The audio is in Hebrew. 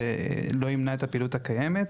שלא ימנע את הפעילות הקיימת.